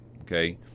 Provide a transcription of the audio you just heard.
okay